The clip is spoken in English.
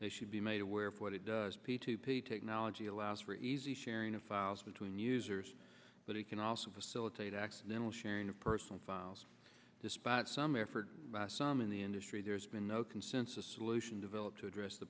software should be made aware of what it does p two p technology allows for easy sharing of files between users but it can also facilitate accidental sharing of personal files despite some effort by some in the industry there's been no consensus solution developed to address the